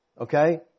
Okay